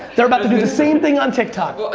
they're about to do the same thing on tiktok. well, yeah,